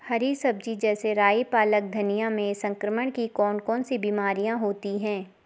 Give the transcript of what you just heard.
हरी सब्जी जैसे राई पालक धनिया में संक्रमण की कौन कौन सी बीमारियां होती हैं?